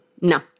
No